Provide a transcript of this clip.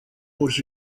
was